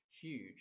huge